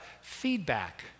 feedback